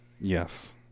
Yes